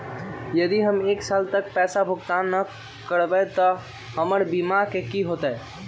यदि हम एक साल तक पैसा भुगतान न कवै त हमर बीमा के की होतै?